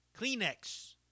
Kleenex